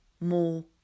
more